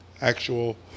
actual